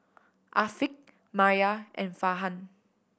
Afiq Maya and Farhan